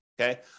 okay